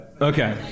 Okay